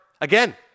Again